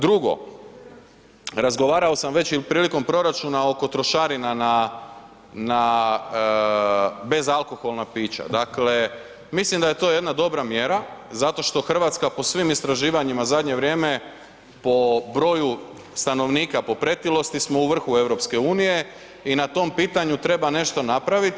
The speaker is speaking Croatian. Drugo, razgovarao sam već prilikom proračuna oko trošarina na bezalkoholna pića, dakle mislim da je to jedna dobra mjera zato što Hrvatska po svim istraživanjima zadnje vrijeme po broju stanovnika po pretilosti smo u vrhu EU i na tom pitanju treba nešto napraviti.